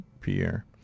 Pierre